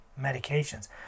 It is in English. medications